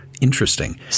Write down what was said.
interesting